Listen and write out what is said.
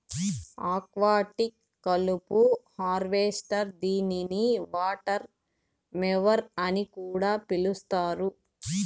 aquatic కలుపు harvester దీనిని water mower అని కూడా పిలుస్తారు